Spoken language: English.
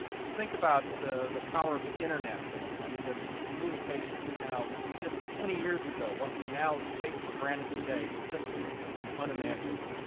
just think about the power of the internet and and even communication and how just twenty years ago, what we now take for granted today was simply unimaginable,